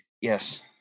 yes